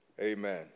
amen